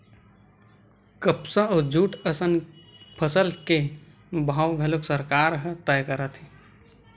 कपसा अउ जूट असन फसल के भाव घलोक सरकार ह तय करथे